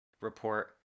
report